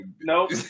nope